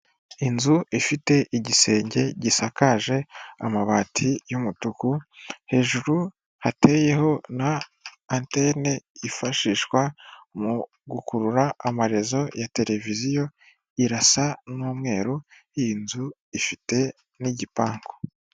Inzu ifite igisenge gisakaje amabati y'umutuku, hejuru hateyeho na antene yifashishwa mu gukurura amarezo ya televiziyo, irasa n'umweru, iyi nzu ifite n'igipangu.